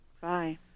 Bye